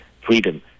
freedom